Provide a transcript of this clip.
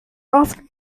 often